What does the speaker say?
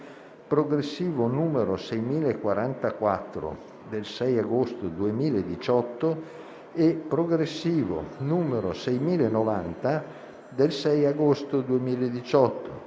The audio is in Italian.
progressivo n. 6044 del 6 agosto 2018 e progressivo n. 6090 del 6 agosto 2018,